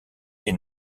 est